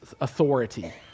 authority